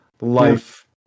life